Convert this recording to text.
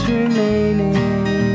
remaining